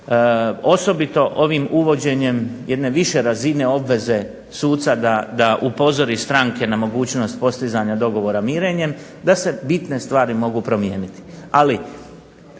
osobito ovim uvođenjem jedne više razine obveze suca da upozori stranke na mogućnost postizanja dogovora mirenjem da se bitne stvari mogu promijeniti.